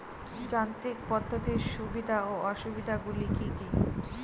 যান্ত্রিক পদ্ধতির সুবিধা ও অসুবিধা গুলি কি কি?